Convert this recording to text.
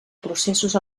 processos